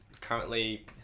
currently